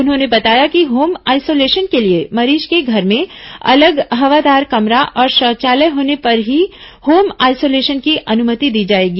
उन्होंने बताया कि होम आइसोलेशन के लिए मरीज के घर में अलग हवादार कमरा और शौचालय होने पर ही होम आइसोलेशन की अनुमति दी जाएगी